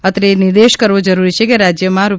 અત્રે એ નિર્દેશ કરવો જરૂરી છે કે રાજ્યમાં રૂ